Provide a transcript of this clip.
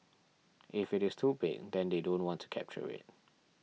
if it is too big then they don't want to capture it